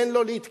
תן לו להתקדם,